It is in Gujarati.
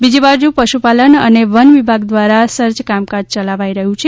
બીજી બાજુ પશુપાલન અને વન વિભાગ દ્વારા સર્ચ કામકાજ ચલાવાઇ રહ્યુ છે